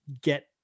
get